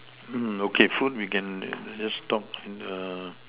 mm okay food we can just talk in the